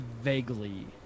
vaguely